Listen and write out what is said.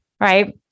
right